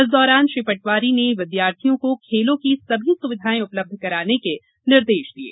इस दौरान श्री पटवारी ने विद्यार्थियों को खेलों की सभी सुविधाएं उपलब्ध कराने के निर्देश दिये